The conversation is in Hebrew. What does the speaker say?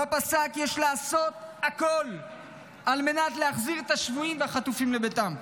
ובו פסק כי יש לעשות הכול על מנת להחזיר את השבויים והחטופים לביתם.